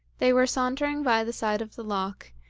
they were sauntering by the side of the loch,